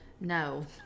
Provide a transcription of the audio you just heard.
No